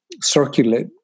circulate